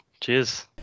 Cheers